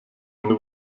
eine